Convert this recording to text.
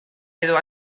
edo